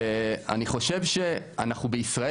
ואני חושב שאנחנו בישראל,